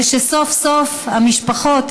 ושסוף-סוף למשפחות,